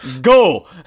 go